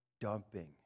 dumping